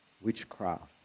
witchcraft